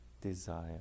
desire